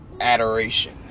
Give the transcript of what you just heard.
adoration